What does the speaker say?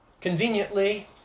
conveniently